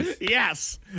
Yes